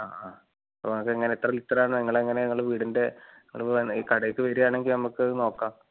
ആ ആ അപ്പോൾ അതെങ്ങനെ എത്ര ലിറ്ററാന്ന് നിങ്ങളെങ്ങനെയാണ് നിങ്ങൾ വീടിൻ്റെ നിങ്ങൾ പോയെന്ന് ഈ കടേക്ക് വരാണെങ്കിൽ നമുക്കത് നോക്കാം